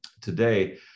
today